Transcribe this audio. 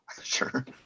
Sure